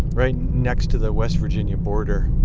right next to the west virginia border.